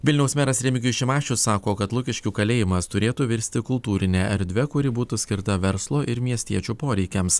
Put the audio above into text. vilniaus meras remigijus šimašius sako kad lukiškių kalėjimas turėtų virsti kultūrine erdve kuri būtų skirta verslo ir miestiečių poreikiams